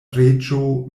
reĝo